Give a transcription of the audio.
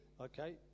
okay